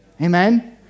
amen